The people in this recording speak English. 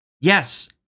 yes